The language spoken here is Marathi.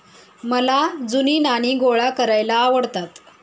मला जुनी नाणी गोळा करायला आवडतात